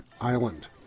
Island